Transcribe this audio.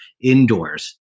indoors